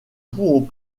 pouvons